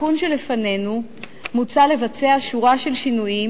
בתיקון שלפנינו מוצעת שורה של שינויים,